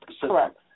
Correct